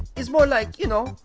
is more like, you know,